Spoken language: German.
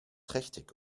trächtig